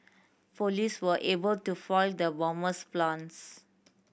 police were able to foil the bomber's plans